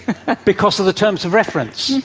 because of the terms of reference.